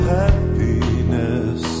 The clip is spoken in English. happiness